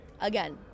again